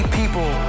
people